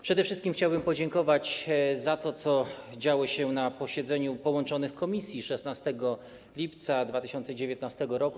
Przede wszystkim chciałbym podziękować za to, co działo się na posiedzeniu połączonych komisji 16 lipca 2019 r.